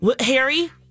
Harry